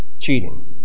cheating